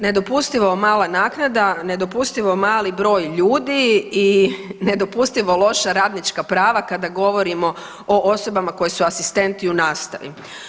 Nedopustivo mala naknada, nedopustivo mali broj ljudi i nedopustivo loša radnička prava kada govorimo o osobama koje su asistenti u nastavi.